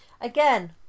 again